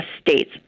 states